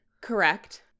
Correct